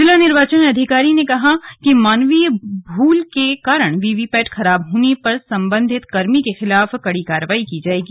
जिला निर्वाचन अधिकारी कहा कि मानवीय भूल के कारण वीवीपैट खराब होने पर संबंधित कर्मी के खिलाफ कड़ी कार्रवाई की जाएगी